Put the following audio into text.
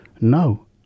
No